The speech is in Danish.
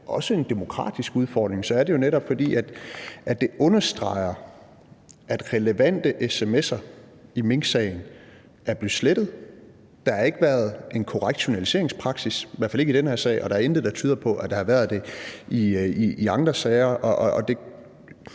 også er en demokratisk udfordring, er det jo netop, fordi det understreger, at relevante sms'er i minksagen er blevet slettet. Der har ikke været en korrekt journaliseringspraksis, i hvert fald ikke i den her sag, og der er intet, der tyder på, at der har været det i andre sager,